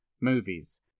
movies